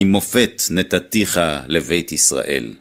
עם מופת נתתיך לבית ישראל.